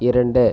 இரண்டு